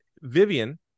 Vivian